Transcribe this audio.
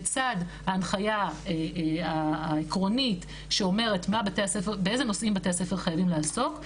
לצד ההנחיה העקרונית שאומרת באילו נושאים בתי הספר חייבים לעסוק,